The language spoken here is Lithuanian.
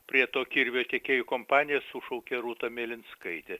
prie to kirvio tiekėjų kompaniją sušaukė rūta milinskaitė